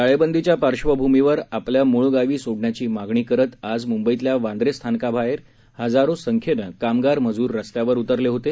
टाळेबंदीच्या पार्श्वभूमीवर आपल्या मुळ गावी सोडण्याची मागणी करत आज मुंबईतल्या वांद्रे स्थानकाबाहेर आज इजारो संख्येने कामगार मजूर रस्त्यावर उतरले होते